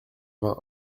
vingt